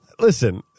Listen